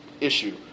issue